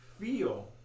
feel